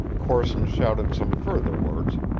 corson shouted some further words,